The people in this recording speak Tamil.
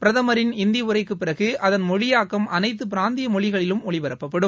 பிரதமரின் ஹிந்தி உரைக்குப் பிறகு அதன் மொழியாக்கம் அனைத்து பிராந்திய மொழிகளிலும் ஒலிபரப்பப்படும்